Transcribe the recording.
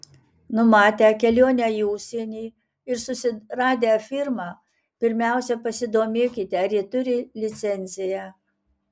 numatę kelionę į užsienį ir susiradę firmą pirmiausia pasidomėkite ar ji turi licenciją